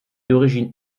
d’origine